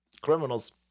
Criminals